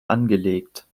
angelegt